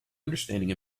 understanding